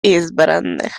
избранных